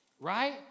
Right